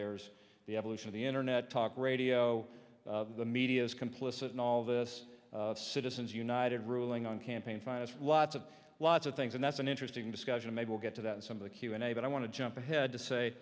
there's the evolution of the internet talk radio the media is complicit in all this citizens united ruling on campaign finance laws of lots of things and that's an interesting discussion maybe we'll get to that in some of the q and a but i want to jump ahead to say